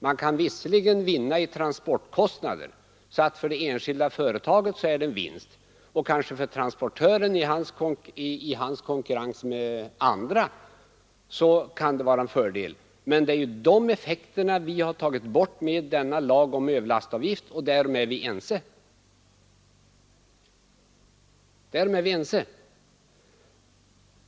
Man kan visserligen vinna i transportkostnader, så att en sådan transport är en vinst för det enskilda företaget — och kanske även för transportören i hans konkurrens med andra — men det är de effekterna som vi tagit bort med lagen om överlastavgift, och om den saken är vi ense.